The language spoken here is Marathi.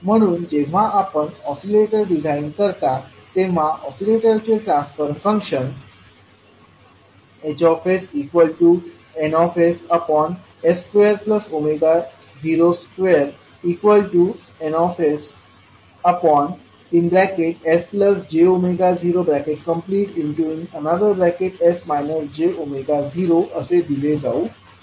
म्हणून जेव्हा आपण ऑसिलेटर डिझाइन करतो तेव्हा ऑसिलेटरचे ट्रान्सफर फंक्शन HsNs202Nsj0 असे दिले जाऊ शकते